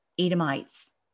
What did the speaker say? Edomites